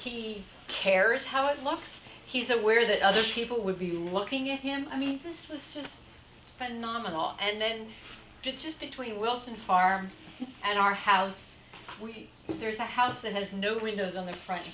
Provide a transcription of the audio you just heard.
he cares how it looks he's aware that other people will be looking at him i mean this was just phenomenal and then just between wilson farm and our house we there's a house that has no windows on the front